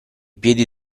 piedi